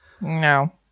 No